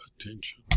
attention